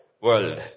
world